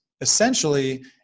essentially